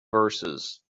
verses